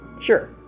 Sure